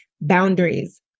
boundaries